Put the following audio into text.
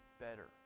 better